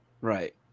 right